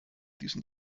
diesen